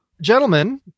gentlemen